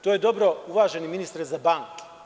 To je dobro, uvaženi ministre, za banke.